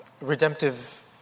redemptive